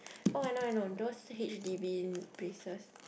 oh I know I know those h_d_b places